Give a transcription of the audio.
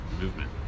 movement